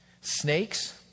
Snakes